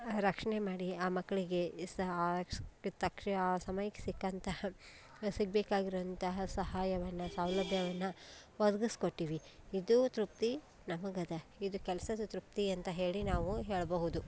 ರಕ್ಷಣೆ ಮಾಡಿ ಆ ಮಕ್ಕಳಿಗೆ ಸ ಆ ತಕ್ಷಣ ಆ ಸಮಯಕ್ಕೆ ಸಿಕ್ಕಂತಹ ಸಿಗಬೇಕಾಗಿರುವಂತಹ ಸಹಾಯವನ್ನು ಸೌಲಭ್ಯವನ್ನು ಒದ್ಗಿಸಿ ಕೊಟ್ಟೀವಿ ಇದು ತೃಪ್ತಿ ನಮಗೆ ಅದ ಇದು ಕೆಲಸದ ತೃಪ್ತಿ ಅಂತ ಹೇಳಿ ನಾವು ಹೇಳಬಹುದು